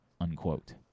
unquote